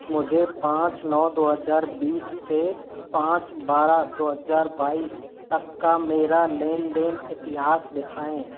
मुझे पाँच नौ दो हज़ार बीस से पाँच बारह दो हज़ार बाईस तक का मेरा लेन देन इतिहास दिखाएँ